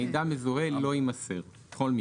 מידע מזוהה לא יימסר בכל מקרה,